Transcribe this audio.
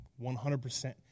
100%